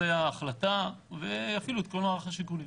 זו ההחלטה ויפעילו את כל מערך השיקולים.